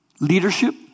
leadership